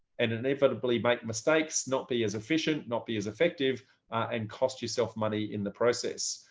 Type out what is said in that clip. and inevitably make mistakes, not be as efficient, not be as effective and cost yourself money in the process.